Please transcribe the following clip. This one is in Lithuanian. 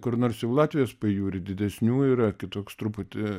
kur nors jau latvijos pajūry didesnių yra kitoks truputį